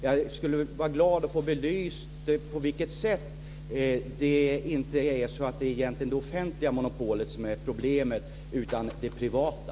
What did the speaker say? Jag skulle bli glad att få belyst på vilket sätt det inte är det offentliga monopolet som är problemet utan det privata.